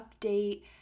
update